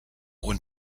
und